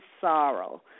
Sorrow